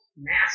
Mass